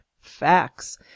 facts